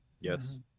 Yes